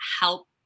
help